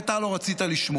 רק שאתה לא רצית לשמוע.